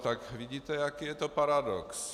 Tak vidíte, jaký je to paradox.